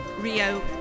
Rio